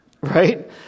right